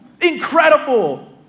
incredible